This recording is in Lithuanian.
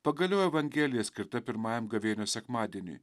pagaliau evangelija skirta pirmajam gavėnios sekmadieniui